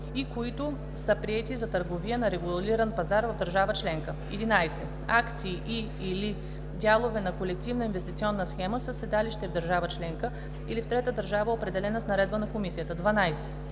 и които са приети за търговия на регулиран пазар в държава членка; 11. акции и/или дялове на колективна инвестиционна схема със седалище в държава членка или в трета държава, определена с наредба на комисията; 12.